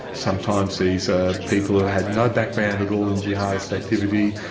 sometimes these are people who had no background at all in jihadist activity,